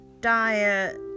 diet